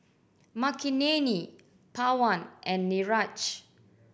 Makineni Pawan and Niraj